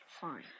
fine